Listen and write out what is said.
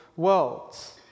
worlds